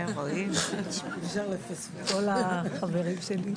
כל החברים שלי.